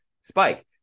spike